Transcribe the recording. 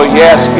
yes